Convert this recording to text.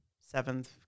seventh